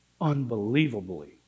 unbelievably